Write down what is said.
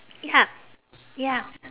ya ya